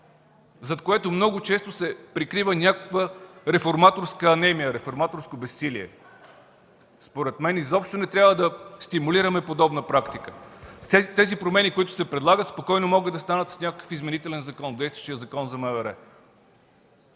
зад което много често се прикрива някаква реформаторска анемия, реформаторско безсилие. Мисля, че изобщо не трябва да стимулираме подобна практика! Тези промени, които се предлагат, спокойно могат да станат с някакъв изменителен закон на действащия Закон за МВР.